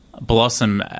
blossom